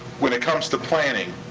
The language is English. when it comes to planning,